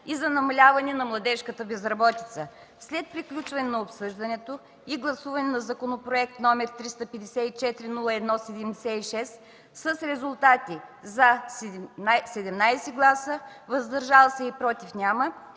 и за намаляване на младежката безработица. След приключване на обсъждането и гласуване на законопроект № 354-01-76 с резултати: „за” – 17 гласа, „въздържали се” и „против” – няма,